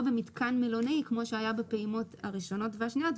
במתקן מלונאי כפי שהיה בפעימות הראשונה והשנייה.